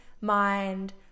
Mind